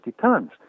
tons